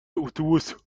اتوبوس